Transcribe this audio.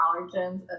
allergens